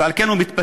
ועל כן הוא מתפטר.